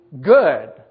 good